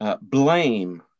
Blame